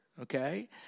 okay